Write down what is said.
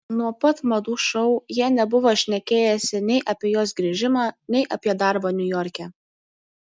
nuo pat madų šou jie nebuvo šnekėjęsi nei apie jos grįžimą nei apie darbą niujorke